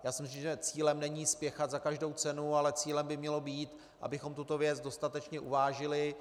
Myslím si, že cílem není spěchat za každou cenu, ale cílem by mělo být, abychom tuto věc dostatečně uvážili.